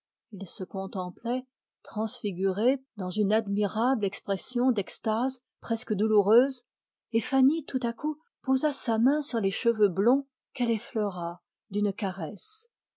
ils se contemplaient transfigurés dans une admirable expression d'extase presque douloureuse et fanny tout à coup posa sa main sur les cheveux blonds qu'elle effleura d'une caresse